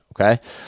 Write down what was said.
Okay